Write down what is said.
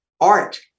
art